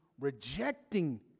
rejecting